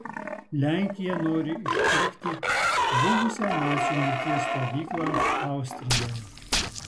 lenkija nori išpirkti buvusią nacių mirties stovyklą austrijoje